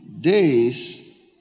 days